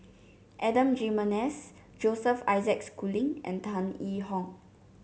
Adan Jimenez Joseph Isaac Schooling and Tan Yee Hong